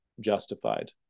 justified